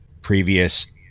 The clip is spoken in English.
previous